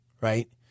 right